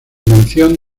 mención